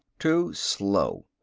too slow.